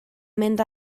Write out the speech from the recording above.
mynd